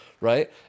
right